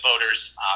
voters